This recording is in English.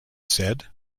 said